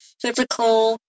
physical